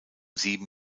sieben